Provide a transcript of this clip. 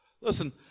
Listen